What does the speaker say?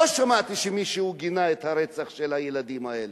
לא שמעתי שמישהו גינה את הרצח של הילדים האלה.